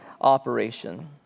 operation